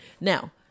now